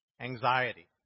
Anxiety